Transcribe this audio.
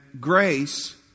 grace